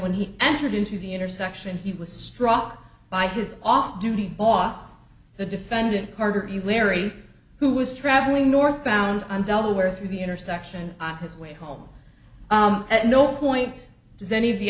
when he entered into the intersection he was struck by his off duty boss the defendant carter you larry who was traveling northbound on delaware through the intersection on his way home at no point does any of the